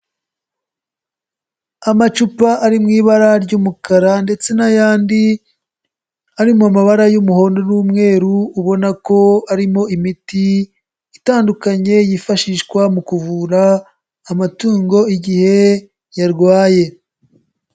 Amacupa ari mu ibara ry'umukara ndetse n'ayandi ari mu mabara y'umuhondo n'umweru ubona ko arimo imiti, itandukanye yifashishwa mu kuvura amatungo igihe yarwaye.